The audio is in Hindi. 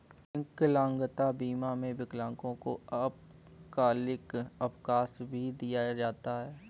विकलांगता बीमा में विकलांगों को अल्पकालिक अवकाश भी दिया जाता है